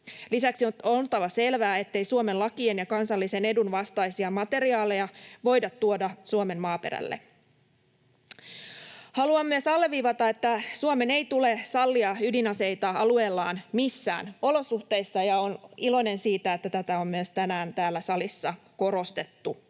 Lisäksi on oltava selvää, ettei Suomen lakien ja kansallisen edun vastaisia materiaaleja voida tuoda Suomen maaperälle. Haluan myös alleviivata, että Suomen ei tule sallia ydinaseita alueellaan missään olosuhteissa, ja olen iloinen siitä, että tätä on myös tänään täällä salissa korostettu.